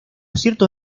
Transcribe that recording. cierto